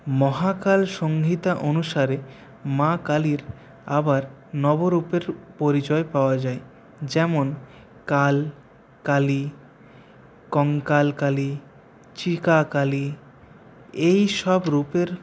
মহাকাল সংহিতা অনুসারে মা কালীর আবার নবরূপের পরিচয় পাওয়া যায় যেমন কাল কালী কঙ্কাল কালী চিকা কালী এইসব রূপের